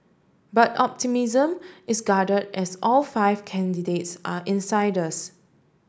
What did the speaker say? but optimism is guarded as all five candidates are insiders